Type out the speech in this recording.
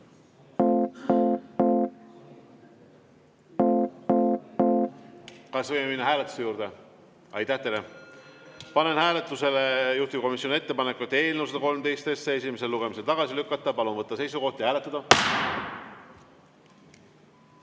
Kas võime minna hääletuse juurde? (Hääl saalist.) Aitäh teile! Panen hääletusele juhtivkomisjoni ettepaneku eelnõu 113 esimesel lugemisel tagasi lükata. Palun võtta seisukoht ja hääletada!